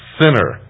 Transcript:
sinner